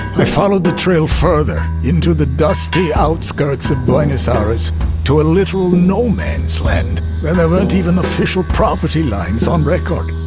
i followed the trail further into the dusty outskirts of buenos aires to a little no-man's land where there weren't even official property lines on record.